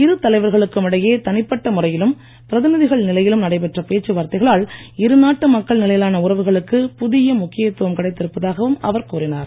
இரு தலைவர்களுக்கும் இடையே தனிப்பட்ட முறையிலும் பிரதிநிதிகள் நிலையிலும் நடைபெற்ற பேச்சுவார்த்தைகளால் இருநாட்டு மக்கள் நிலையிலான உறவுகளுக்கு புதிய முக்கியத்துவம் கிடைத்திருப்பதாகவும் அவர் கூறினார்